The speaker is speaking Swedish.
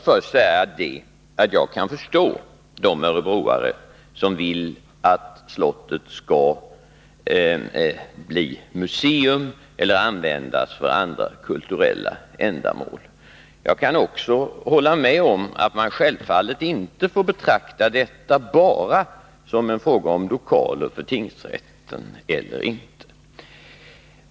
Fru talman! Jag kan förstå de örebroare som vill att slottet skall bli museum eller användas för andra kulturella ändamål. Jag kan också hålla med om att man självfallet inte får betrakta detta bara som en fråga om lokaler för tingsrätten.